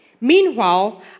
Meanwhile